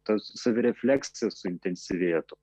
ta savirefleksija suintensyvėtų